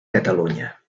catalunya